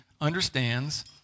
understands